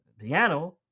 Piano